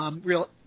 real